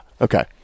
Okay